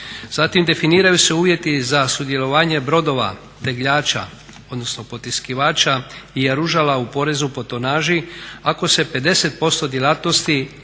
Zatim definiraju se uvjeti za sudjelovanje brodova tegljača odnosno potiskivača i jaružala u porezu po tonaži ako se 50% djelatnosti